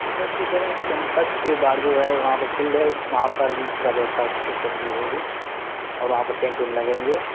ये सर कि कह रहे हैं कैंपस के बाहर जो है वहाँ पर फील्ड है वहाँ पर पूरा व्यवस्था उस तरह की होगी वहाँ पर टेंट उंट लगेंगे